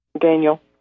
Daniel